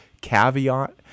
caveat